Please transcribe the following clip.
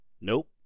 Nope